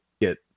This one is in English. get